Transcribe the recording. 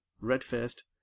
red-faced